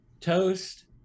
toast